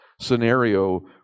scenario